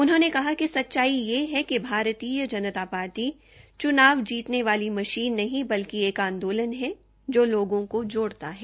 उन्होंने कहा कि सच्चाई यह है कि भारतीय जनता पार्टी च्नाव जीतने वाली मशीन नहीं बल्कि एक आंदोलन है जो लोगों को साथ जोड़ता है